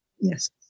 Yes